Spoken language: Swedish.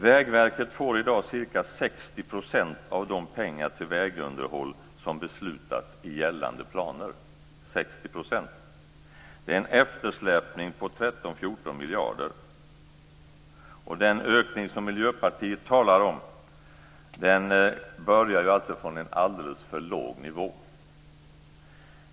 Vägverket får i dag ca 60 % av de pengar till vägunderhåll som beslutats i gällande planer. Det är en eftersläpning på 13-14 miljarder. Den ökning som Miljöpartiet talar om börjar från en alldeles för låg nivå.